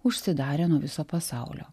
užsidarė nuo viso pasaulio